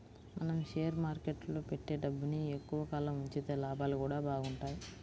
మనం షేర్ మార్కెట్టులో పెట్టే డబ్బుని ఎక్కువ కాలం ఉంచితే లాభాలు గూడా బాగుంటయ్